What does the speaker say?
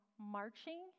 marching